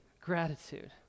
gratitude